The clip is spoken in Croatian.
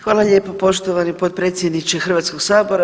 Hvala lijepo poštovani potpredsjedniče Hrvatskog sabora.